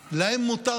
אבל יש להם מכנה משותף,